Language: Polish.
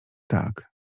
tak